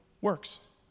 works